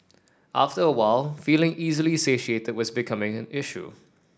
after a while feeling easily satiated was becoming an issue